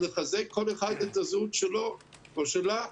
לחזק כל אחד את הזהות שלו או שלה,